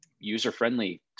user-friendly